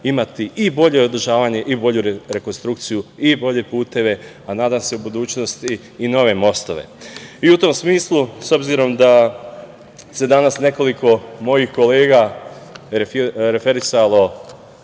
imati i bolje održavanje i bolju rekonstrukciju i bolje puteve, a nadam se u budućnosti i nove mostove.U tom smislu, obzirom da je danas nekoliko mojih kolega referisalo